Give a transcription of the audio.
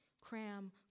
cram